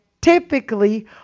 typically